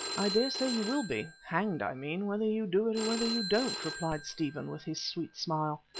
i dare say you will be hanged i mean whether you do it or whether you don't, replied stephen with his sweet smile.